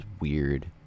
weird